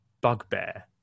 bugbear